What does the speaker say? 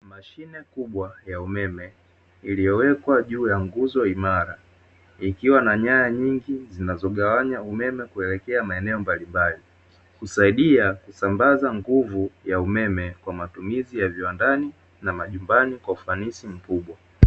Mashine kubwa ya umeme iliyowekwa juu ya nguzo imara, ikiwa na nyaya nyingi zinazogawanya umeme kuelekea maeneo mbalimbali. Husaidia kusambaza nguvu ya umeme kwa matumizi ya viwandani na majumbani kwa ufanisi mkubwa.